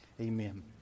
Amen